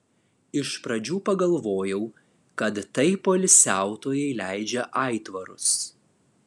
iš pradžių pagalvojau kad tai poilsiautojai leidžia aitvarus